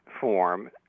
form